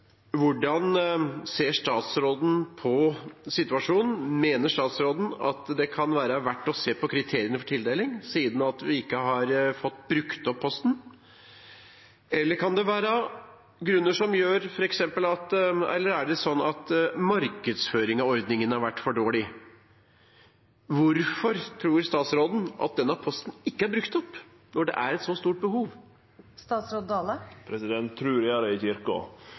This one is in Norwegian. Hvordan ser statsråden på situasjonen? Mener statsråden at det kan være verdt å se på kriteriene for tildeling siden vi ikke har fått brukt opp posten, eller har markedsføringen av ordningen vært for dårlig? Hvorfor, tror statsråden, er ikke denne posten brukt opp når det er et så stort behov? Trur gjer eg i kyrkja. Her skal eg prøve å vite, og svaret på det er